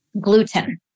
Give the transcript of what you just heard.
gluten